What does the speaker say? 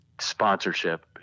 sponsorship